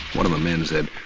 one of the men said,